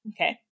Okay